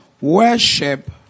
worship